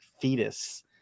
fetus